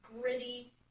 gritty